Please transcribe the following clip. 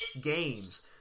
games